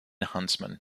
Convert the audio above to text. huntsman